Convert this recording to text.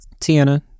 Tiana